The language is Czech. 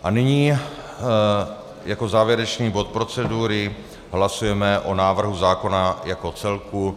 A nyní jako závěrečný bod procedury hlasujeme o návrhu zákona jako celku.